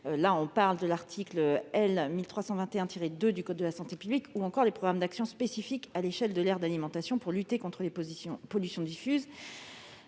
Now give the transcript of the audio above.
Citons l'article L. 1321-2 du code de la santé publique, ou encore les programmes d'action spécifiques à l'échelle de l'aire d'alimentation du captage pour lutter contre les pollutions diffuses.